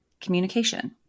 communication